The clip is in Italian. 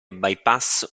bypass